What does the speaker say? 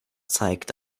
zeigt